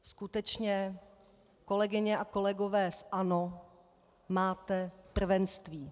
Skutečně, kolegyně a kolegové z ANO, máte prvenství.